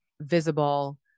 visible